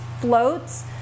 floats